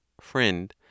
FRIEND